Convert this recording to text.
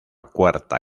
cuarta